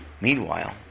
Meanwhile